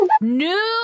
new